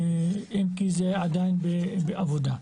אם כי זה עדיין בעבודה.